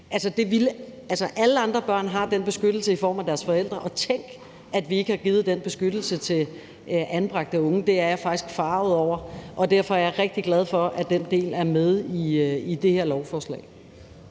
Alle andre børn har den beskyttelse i form af deres forældre, og tænk, at vi ikke har givet den beskyttelse til anbragte unge. Det er jeg faktisk forarget over, og derfor er jeg rigtig glad for, at den del er med i det her lovforslag.